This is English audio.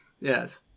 Yes